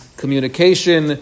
communication